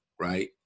right